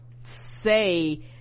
say